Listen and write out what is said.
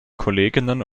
kolleginnen